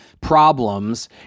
problems